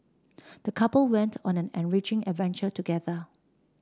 the couple went on an enriching adventure together